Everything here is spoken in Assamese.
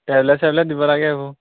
তেলে চেলে দিব লাগে এইবোৰ